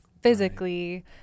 physically